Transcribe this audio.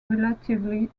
relatively